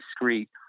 discreet